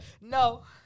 No